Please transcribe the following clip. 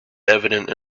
evident